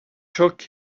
took